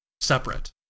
separate